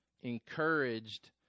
encouraged